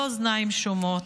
לא אוזניים שומעות,